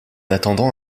attendant